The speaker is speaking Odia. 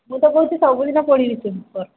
ମୁଁ ତ କହୁଛି ସବୁଦିନ ପଢ଼ିବି ସେ ପେପର୍